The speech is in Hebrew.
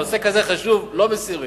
נושא כזה חשוב לא מסירים.